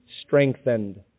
strengthened